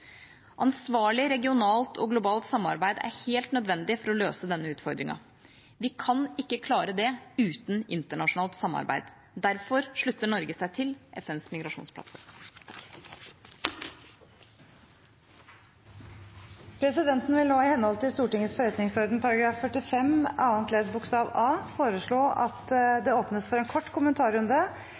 Ansvarlig regionalt og globalt samarbeid er helt nødvendig for å løse denne utfordringen. Vi kan ikke klare det uten internasjonalt samarbeid. Derfor slutter Norge seg til FNs migrasjonsplattform. Presidenten vil nå, i henhold til Stortingets forretningsorden § 45 annet ledd bokstav a, foreslå at det åpnes for en kort kommentarrunde,